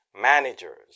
managers